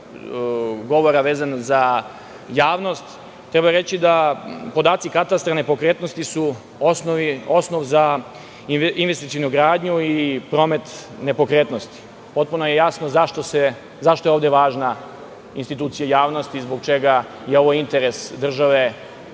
govora vezano za javnost, treba reći da su podaci katastra nepokretnosti osnov za investicionu gradnju i promet nepokretnosti. Potpuno je jasno zašto je ovde važna institucija javnosti i zbog čega je interes države